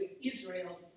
Israel